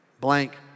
blank